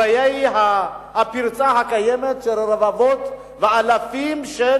הבעיה היא הפרצה הקיימת של רבבות ואלפים של